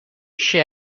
she